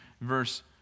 verse